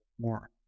more